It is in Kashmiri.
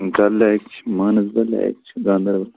ڈل لیک چھُ مانسبل لیک چھُ گانٛدل